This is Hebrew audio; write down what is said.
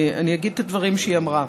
אני אגיד את הדברים שהיא אמרה,